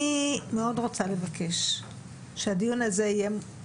אני מאוד רוצה לבקש שהדיון הזה יהיה